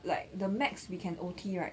like the max we can O_T right